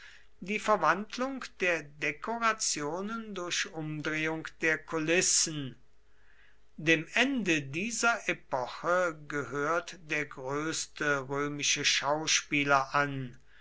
die verwandlung der dekorationen durch umdrehung der kulissen dem ende dieser epoche gehört der größte römische schauspieler an